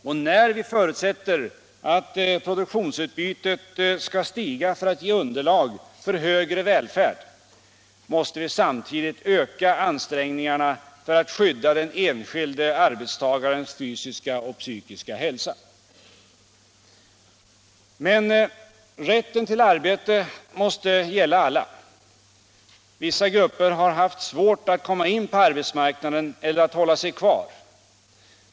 Och när vi förutsätter att produktionsutbytet skall stiga för att ge underlag för högre välfärd måste vi samtidigt öka ansträngningarna för att skydda den enskilde arbetstagarens fysiska och psykiska hälsa. Men rätten till arbete måste gälla alla. Vissa grupper har haft svårt att komma in på arbetsmarknaden eller att hålla sig kvar där.